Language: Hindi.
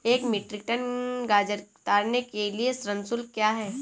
एक मीट्रिक टन गाजर उतारने के लिए श्रम शुल्क क्या है?